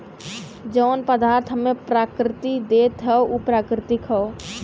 जौन पदार्थ हम्मे प्रकृति देत हौ उ प्राकृतिक हौ